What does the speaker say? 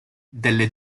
delle